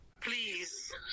Please